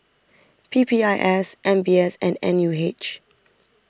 P P I S M B S and N U H